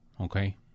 okay